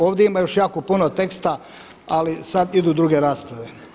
Ovdje ima još jako puno teksta, ali sada idu druge rasprave.